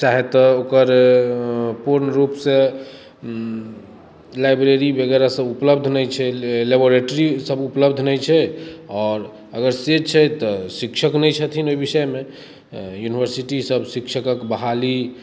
चाहे तऽ ओकर पूर्ण रूपसँ लाइब्रेरी वगैरह से उपलब्ध नहि छै लेबोरेटरी सभ उपलब्ध नहि छै आओर अगर से छै तऽ शिक्षक नहि छथिन ओहि विषयमे यूनिवर्सिटी सभ शिक्षकके बहाली